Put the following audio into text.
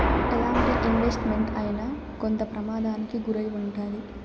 ఎలాంటి investment అయినా కొంత ప్రమాదానికి గురై ఉంటాది